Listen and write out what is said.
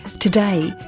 today,